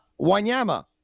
Wanyama